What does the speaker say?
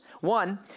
One